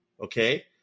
okay